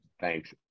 Thanks